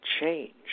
change